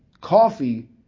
coffee